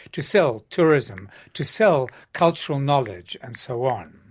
to sell tourism, to sell cultural knowledge and so on.